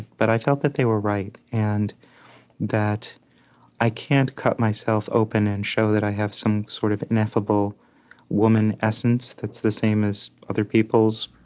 but i felt that they were right and that i can't cut myself open and show that i have some sort of ineffable woman essence that's the same as other people's.